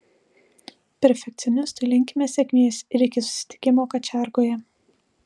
perfekcionistui linkime sėkmės ir iki susitikimo kačiargoje